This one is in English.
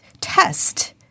test